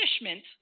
punishment